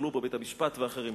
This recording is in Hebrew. יטפלו בו בית-המשפט ואחרים,